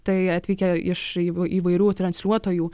tai atvykę iš įv įvairių transliuotojų